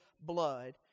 blood